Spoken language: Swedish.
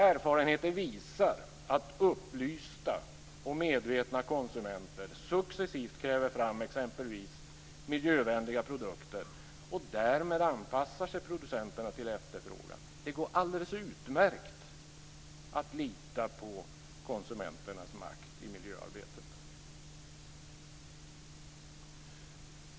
Erfarenheter visar att upplysta och medvetna konsumenter successivt kräver fram exempelvis miljövänliga produkter, och därmed anpassar sig producenterna till efterfrågan. Det går alldeles utmärkt att lita på konsumenternas makt i miljöarbetet.